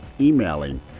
emailing